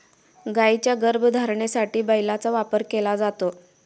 गायींच्या गर्भधारणेसाठी बैलाचा वापर केला जातो